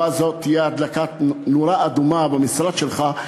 אבל זאת תהיה הדלקת נורה אדומה במשרד שלך,